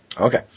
Okay